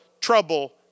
trouble